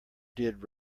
did